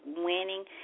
winning